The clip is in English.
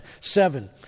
Seven